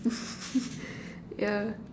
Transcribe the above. yeah